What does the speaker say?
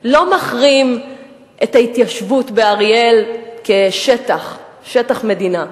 לא מחרים את ההתיישבות באריאל כשטח מדינה,